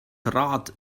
rad